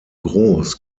groß